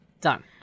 Done